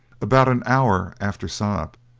about an hour after sun-up,